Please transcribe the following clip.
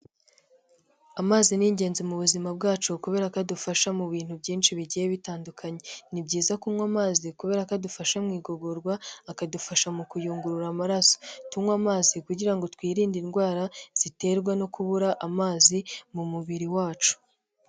Amazi ni ingenzi mu buzima bwacu, kubera ko adufasha mu bintu byinshi bigiye bitandukanye, ni byiza kunywa amazi kubera ko adufasha mu igogorwa, akadufasha mu kuyungurura amaraso. Tunywa amazi kugira ngo twirinde indwara ziterwa no kubura amazi, mu mubiri wacu.